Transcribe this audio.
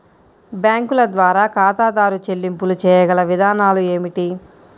బ్యాంకుల ద్వారా ఖాతాదారు చెల్లింపులు చేయగల విధానాలు ఏమిటి?